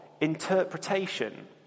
interpretation